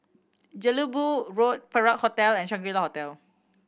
Jelebu Road Perak Hotel and Shangri La Hotel